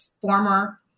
former